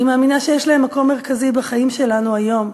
אני מאמינה שיש להם מקום מרכזי בחיים שלנו היום.